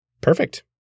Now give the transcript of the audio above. perfect